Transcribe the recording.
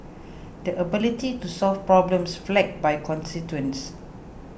the ability to solve problems flagged by constituents